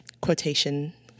quotation